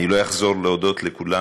אני לא אחזור להודות לכולם,